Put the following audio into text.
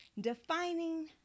defining